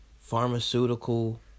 pharmaceutical